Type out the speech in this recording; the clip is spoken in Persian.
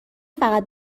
فقط